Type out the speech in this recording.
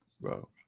Bro